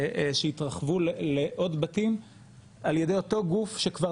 שהתרחבו לעוד בתים על ידי אותו גוף שכבר